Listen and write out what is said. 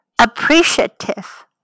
appreciative